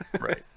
Right